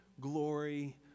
glory